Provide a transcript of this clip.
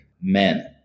Men